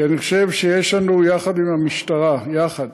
כי אני חושב שיש לנו יחד עם המשטרה, יחד,